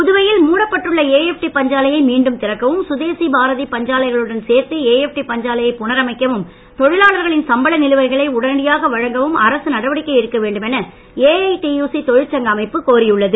புதுவையில் மூடப்பட்டுள்ள ஏஎப்டி பஞ்சாலையை மீண்டும் திறக்கவும் சுதேசி பாரதி பஞ்சாலைகளுடன் சேர்த்து ஏஎப்டி பஞ்சாலையை புனரமைக்கவும் தொழிலாளர்களின் சம்பள நிலுவைகளை உடனடியாக வழங்கவும் அரசு நடவடிக்கை எடுக்க வேண்டும் என ஏஐடியுசி தொழிற்சங்க அமைப்பு கோரியுள்ளது